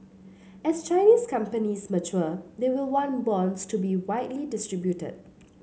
as Chinese companies mature they will want bonds to be widely distributed